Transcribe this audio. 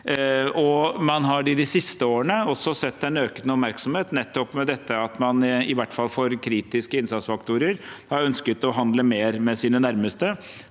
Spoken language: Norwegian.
de siste årene også sett en økende oppmerksomhet om nettopp dette at man i hvert fall for kritiske innsatsfaktorer har ønsket å handle mer med sine nærmeste;